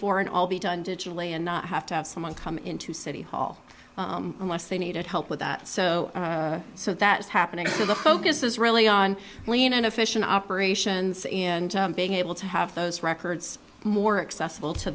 for and all be done digitally and not have to have someone come into city hall unless they needed help with that so so that is happening the focus is really on when an efficient operations and being able to have those records more accessible to